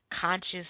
conscious